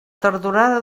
tardorada